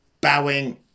Bowing